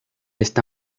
esta